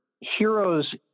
heroes